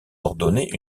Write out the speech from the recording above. ordonner